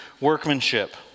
workmanship